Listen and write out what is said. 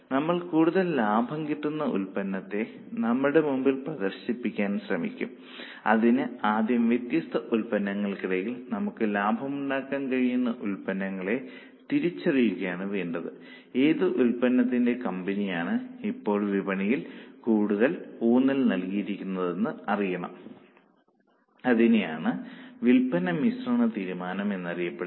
നമുക്ക് കൂടുതൽ ലാഭം കിട്ടുന്ന ഉൽപ്പന്നത്തെ നമ്മൾ മുൻപിൽ പ്രദർശിപ്പിക്കാൻ ശ്രമിക്കും അതിന് ആദ്യം വ്യത്യസ്ത ഉൽപ്പന്നങ്ങൾക്കിടയിൽ നമുക്ക് ലാഭമുണ്ടാക്കാൻ കഴിയുന്ന ഉൽപ്പന്നങ്ങളെ തിരിച്ചറിയുകയാണ് വേണ്ടത് ഏതു ഉൽപ്പന്നത്തിന്റെ കമ്പനിയാണ് ഇപ്പോൾ വിപണിയിൽ കൂടുതൽ ഊന്നൽ നൽകിയിരിക്കുന്നതെന്ന് അറിയണം അതിനെയാണ് വില്പന മിശ്രണ തീരുമാനം എന്നറിയപ്പെടുന്നത്